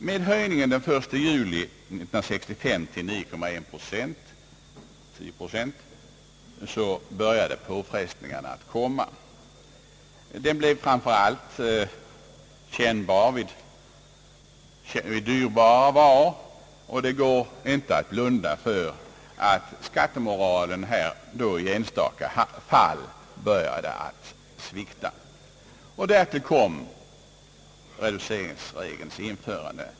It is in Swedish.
Men vid höjningen av skatten den 1 juli 1965 till 9,1 procent började påfrestningarna att komma. Skatten blev framför allt kännbar vid försäljning av dyrbara varor, och det går inte att blunda för att skattemoralen här i enstaka fall började att svikta. Därtill kom reduceringsregelns införande.